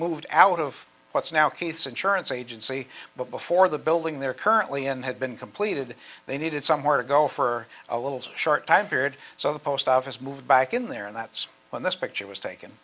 moved out of what's now keith's insurance agency but before the building they're currently in had been completed they needed somewhere to go for a little short time period so the post office moved back in there and that's when this picture was taken